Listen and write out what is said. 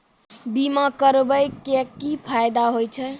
बीमा करबै के की फायदा होय छै?